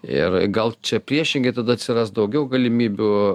ir gal čia priešingai tada atsiras daugiau galimybių